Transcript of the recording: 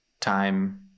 time